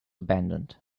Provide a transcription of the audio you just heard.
abandoned